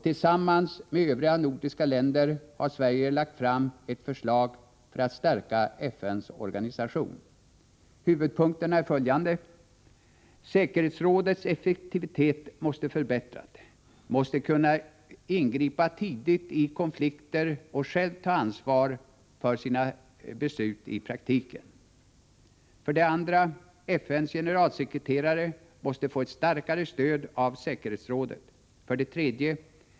Tillsammans med övriga nordiska länder har Sverige lagt fram ett förslag för att stärka FN:s organisation. Huvudpunkterna är följande: 1. Säkerhetsrådets effektivitet måste förbättras. Rådet måste kunna ingripa tidigt i konflikter och självt ta ansvar för sina beslut i praktiken. 2. FN:s generalsekreterare måste få ett starkare stöd av säkerhetsrådet. 3.